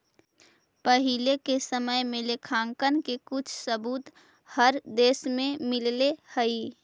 पहिले के समय में लेखांकन के कुछ सबूत हर देश में मिलले हई